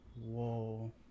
whoa